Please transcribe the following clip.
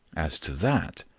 as to that,